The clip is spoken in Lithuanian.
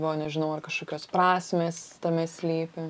buvo nežinau ar kažkokios prasmės tame slypi